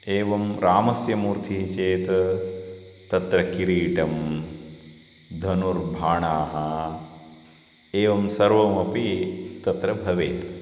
एवं रामस्य मूर्तिः चेत् तत्र किरीटं धनुर्भाणाः एवं सर्वमपि तत्र भवेत्